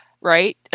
right